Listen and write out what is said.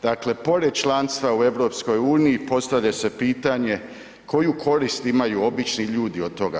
Dakle, pored članstva u EU-u, postavlja se pitanje koju korist imaju obični ljudi od toga?